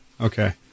Okay